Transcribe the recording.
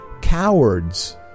cowards